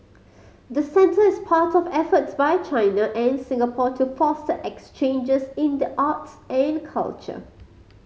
the centre is part of efforts by China and Singapore to foster exchanges in the arts and culture